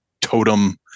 totem